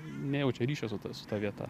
nejaučia ryšio su ta vieta